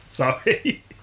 Sorry